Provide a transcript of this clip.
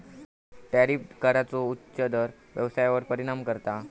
tariff कराचो उच्च दर व्यवसायावर परिणाम करता